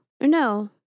No